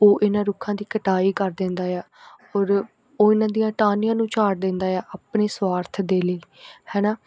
ਉਹ ਇਹਨਾਂ ਰੁੱਖਾਂ ਦੀ ਕਟਾਈ ਕਰ ਦਿੰਦਾ ਆ ਔਰ ਉਹ ਇਹਨਾਂ ਦੀਆਂ ਟਾਹਣੀਆਂ ਨੂੰ ਝਾੜ ਦਿੰਦਾ ਆ ਆਪਣੇ ਸਵਾਰਥ ਦੇ ਲਈ ਹੈ ਨਾ